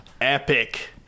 epic